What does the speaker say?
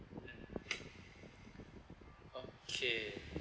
okay